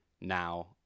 now